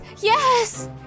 yes